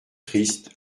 triste